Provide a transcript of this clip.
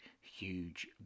huge